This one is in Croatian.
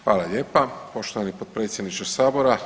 Hvala lijepa poštovani potpredsjedniče sabora.